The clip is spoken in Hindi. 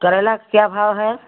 करैला का क्या भाव है